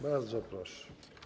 Bardzo proszę.